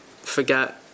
forget